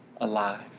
alive